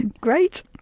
Great